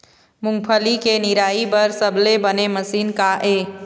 मूंगफली के निराई बर सबले बने मशीन का ये?